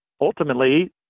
ultimately